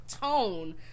tone